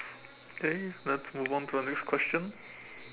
okay let's move on to the next question